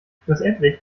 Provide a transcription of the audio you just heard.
schlussendlich